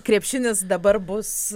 krepšinis dabar bus